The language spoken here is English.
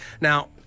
Now